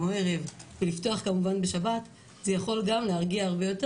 וכול מי שיכול להגדיר אותו